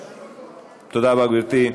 תודה רבה, גברתי.